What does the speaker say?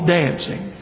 dancing